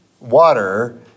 water